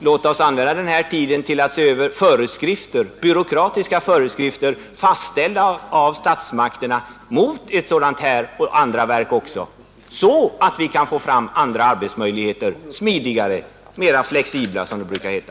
Låt oss använda tiden till att ta bort sådana byråkratiska föreskrifter, fastställda av statsmakterna och gällande för detta och andra verk, så att vi får andra arbetsmöjligheter — smidigare och mera flexibla, som det brukar heta!